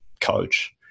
coach